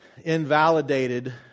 invalidated